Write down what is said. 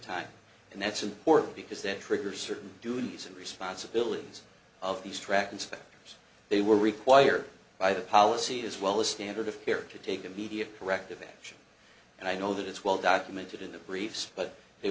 time and that's important because that trigger certain duties and responsibilities of these track inspectors they were required by the policy as well as standard of care to take immediate corrective action and i know that it's well documented in the briefs but they